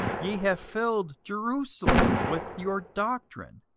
ye have filled jerusalem with your doctrine,